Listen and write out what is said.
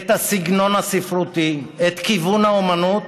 את הסגנון הספרותי, את כיוון האומנות